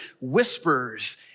whispers